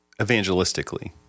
evangelistically